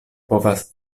povas